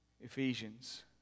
Ephesians